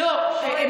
לא, הם